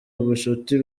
ubucuti